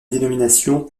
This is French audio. dénomination